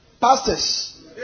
Pastors